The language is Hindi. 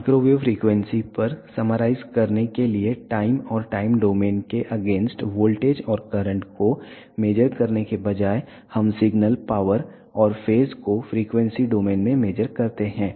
माइक्रोवेव फ्रीक्वेंसी पर समराईज करने के लिए टाइम और टाइम डोमेन के अगेंस्ट वोल्टेज और करंट को मेज़र करने के बजाय हम सिग्नल पावर और फेज को फ़्रीक्वेंसी डोमेन में मेज़र करते हैं